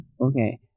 Okay